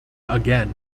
again